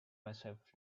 myself